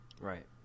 Right